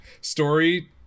story